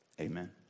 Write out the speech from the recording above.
amen